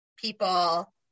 people